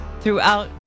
throughout